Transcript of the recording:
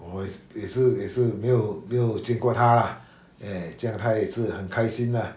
我也也是也是没有没有见过他 eh 这样他也是很开心 ah